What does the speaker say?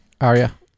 Aria